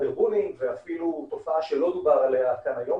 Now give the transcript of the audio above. bulling ואפילו תופעה שלא דובר עליה כאן היום,